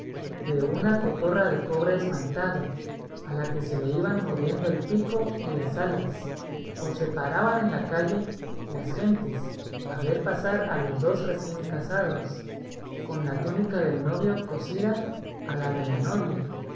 de una cotorra de cobre esmaltado a la que se le iban moviendo el pico y las alas o se paraban en la calle las gentes a ver pasar a los dos recién casados con la túnica del novio cosida a la de la novia